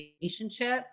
relationship